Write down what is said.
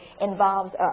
involves